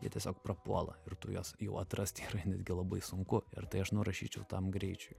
jie tiesiog prapuola ir tu juos jau atrast yra netgi labai sunku ir tai aš nurašyčiau tam greičiui